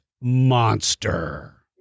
monster